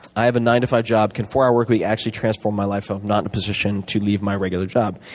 i have a nine to five job. can the four hour workweek actually transform my life? i'm not in a position to leave my regular job.